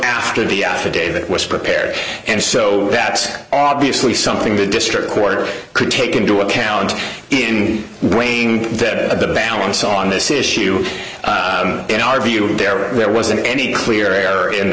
after the affidavit was prepared and so that's obviously something the district court could take into account in weighing that of the balance on this issue in our view there wasn't any clear error in the